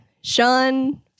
Sean